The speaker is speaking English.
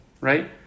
right